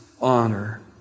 honor